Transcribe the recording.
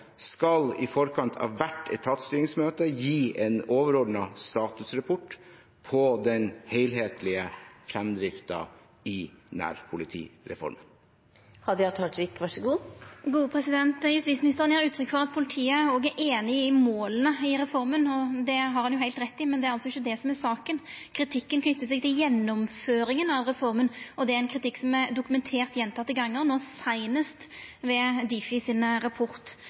i forkant av hvert etatsstyringsmøte skal gi en overordnet statusrapport på den helhetlige fremdriften i nærpolitireformen. Justisministeren gjev uttrykk for at politiet òg er einig i måla i reforma, og det har han heilt rett i, men det er altså ikkje det som er saka. Kritikken knyter seg til gjennomføringa av reforma, og det er en kritikk som er dokumentert gjentekne gonger, no seinast ved Difi sin rapport.